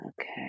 Okay